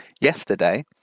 yesterday